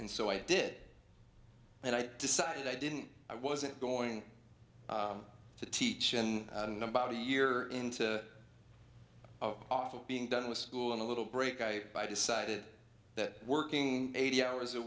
and so i did and i decided i didn't i wasn't going to teach about a year into office being done with school and a little break i decided that working eighty hours a